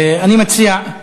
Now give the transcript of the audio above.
אני מציע,